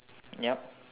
yup